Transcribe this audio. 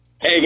Hey